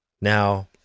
Now